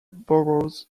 burrows